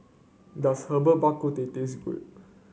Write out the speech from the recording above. does Herbal Bak Ku Teh taste good